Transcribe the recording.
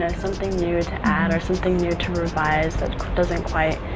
and something new to add or something new to revise that doesn't quite,